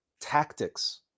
tactics